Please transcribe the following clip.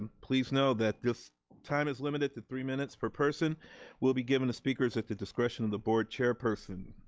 um please know that this time is limited to three minutes per person will be given the speakers at the discretion of the board chairperson.